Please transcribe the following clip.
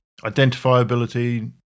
identifiability